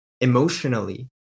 emotionally